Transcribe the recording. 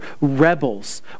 rebels